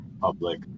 public